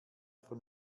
von